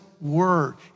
word